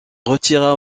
retira